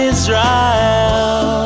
Israel